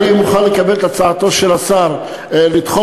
אני מוכן לקבל את הצעתו של השר לדחות